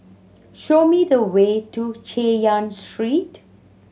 show me the way to Chay Yan Street